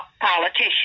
politician